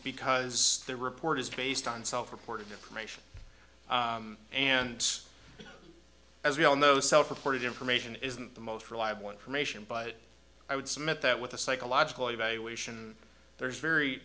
because their report is based on self reporting and creation and as we all know self reported information isn't the most reliable information but i would submit that with a psychological evaluation there's very